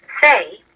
Say